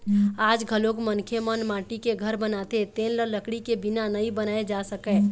आज घलोक मनखे मन माटी के घर बनाथे तेन ल लकड़ी के बिना नइ बनाए जा सकय